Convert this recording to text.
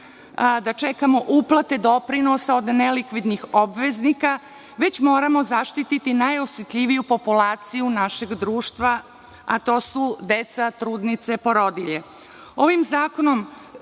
da čekamo uplate doprinosa od nelikvidnih obveznika već moramo zaštiti najosetljiviju populaciju našeg društva, a to su deca, trudnice, porodilje. Ovim zakonom